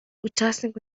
учасник